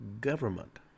government